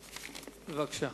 בבקשה.